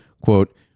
Quote